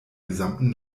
gesamten